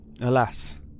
Alas